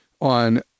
on